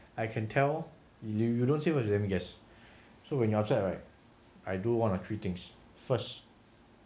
I can tell you you don't say first you let me guess so when you're upset right I do one of three things first